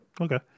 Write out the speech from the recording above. Okay